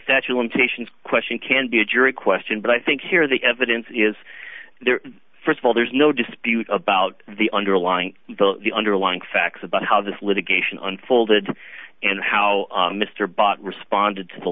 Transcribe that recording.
statue in taishan question can be a jury question but i think here the evidence is there first of all there's no dispute about the underlying the underlying facts about how this litigation unfolded and how mr bott responded to the